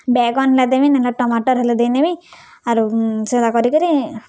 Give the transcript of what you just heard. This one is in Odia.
ବାଏଗନ୍ ହେଲା ଦେବି ନାଇ ହେଲେ ଟମାଟର୍ ହେଲେ ଦେଇନେମି ଆରୁ ସେଟା କରିକରି